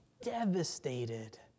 devastated